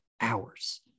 hours